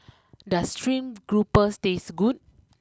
does stream grouper taste good